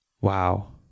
wow